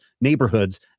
neighborhoods